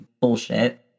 bullshit